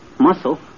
Muscle